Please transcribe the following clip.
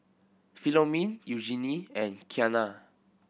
Philomene Eugenie and Kianna